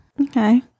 Okay